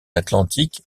atlantique